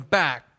back